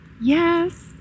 Yes